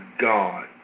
God